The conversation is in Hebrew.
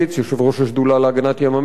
יושב-ראש השדולה להגנת ים-המלח,